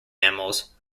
mammals